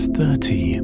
thirty